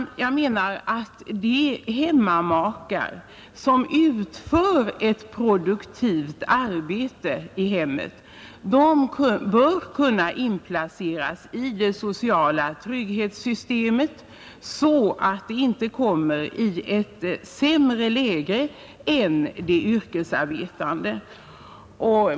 Jag menar att de hemmamakar som utför ett produktivt arbete i hemmet bör kunna inplaceras i det sociala trygghetssystemet, så att de inte kommer i sämre läge än de yrkesarbetande.